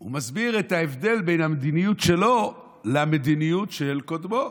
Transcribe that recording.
הוא מסביר את ההבדל בין המדיניות שלו למדיניות של קודמו.